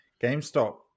GameStop